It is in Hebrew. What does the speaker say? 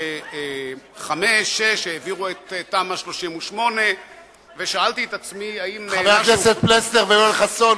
שב-2005 2006 העבירו את תמ"א 38. חברי הכנסת פלסנר ויואל חסון,